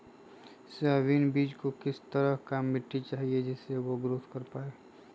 Soybean बीज को किस तरह का मिट्टी चाहिए जिससे वह ग्रोथ कर पाए?